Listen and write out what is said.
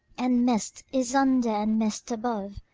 and mist is under and mist above.